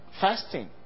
fasting